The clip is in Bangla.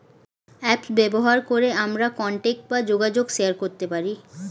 অ্যাপ্স ব্যবহার করে আমরা কন্টাক্ট বা যোগাযোগ শেয়ার করতে পারি